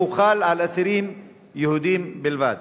והוא חל על אסירים יהודים בלבד.